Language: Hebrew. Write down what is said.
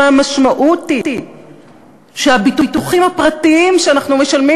והמשמעות היא שהביטוחים הפרטיים שאנחנו משלמים